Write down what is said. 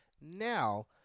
Now